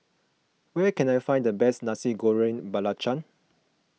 where can I find the best Nasi Goreng Belacan